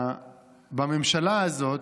בממשלה הזאת,